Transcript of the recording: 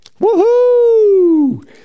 Woohoo